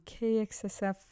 KXSF